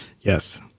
Yes